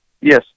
Yes